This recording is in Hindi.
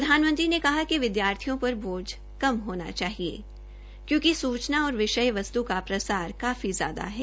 प्रधानमंत्री ने कहा कि विदयार्थियों पर बोझ कम होना चाहिए क्योकि सूचना और विषय वस्त् का प्रसार काफी ज्यादा है